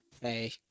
Hey